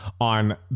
on